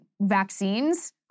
vaccines